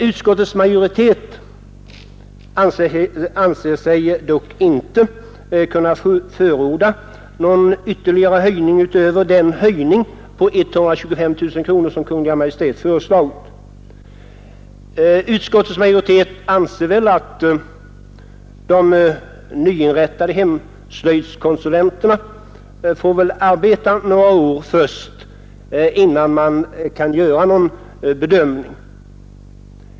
Utskottets majoritet anser sig dock inte kunna förorda någon ytterligare höjning utöver den höjning med 125 000 kronor som Kungl. Maj:t föreslagit. Vi tycker att de nya hemslöjdskonsulenterna bör få arbeta några år innan man kan göra en bedömning.